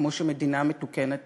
כמו שמדינה מתוקנת